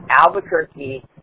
Albuquerque